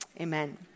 Amen